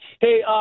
Hey